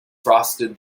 frosted